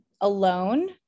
alone